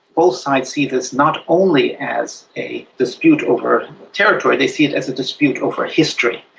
both sides see this not only as a dispute over territory, they see it as a dispute over history,